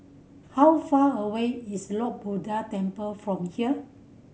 how far away is Lord Buddha Temple from here